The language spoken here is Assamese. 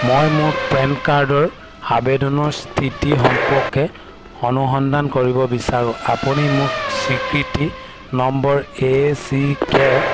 মই মোৰ পেন কাৰ্ডৰ আবেদনৰ স্থিতি সম্পৰ্কে অনুসন্ধান কৰিব বিচাৰোঁ আপুনি মোক স্বীকৃতি নম্বৰ এ চি কে